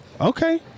Okay